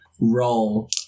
roll